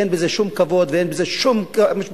אין בזה שום כבוד ואין בזה שום משפחה.